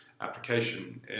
application